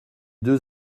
deux